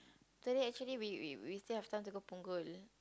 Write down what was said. today actually we we we still have time to go Punggol